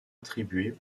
attribuée